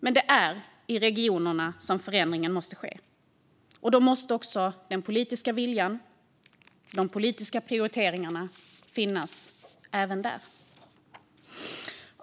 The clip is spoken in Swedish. Men det är i regionerna som förändringen måste ske - och då måste den politiska viljan och de politiska prioriteringarna finnas även där.